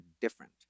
different